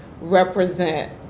represent